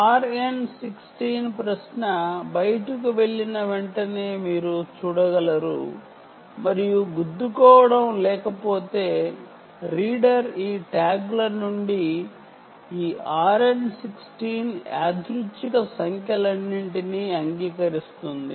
RN16 query బయటికి వెళ్లిన వెంటనే గుద్దుకోవటం లేకపోతే రీడర్ ఈ ట్యాగ్ల నుండి వచ్చిన ఈ RN16 ర్యాండమ్ నంబర్స్ అన్నింటినీ అంగీకరిస్తుంది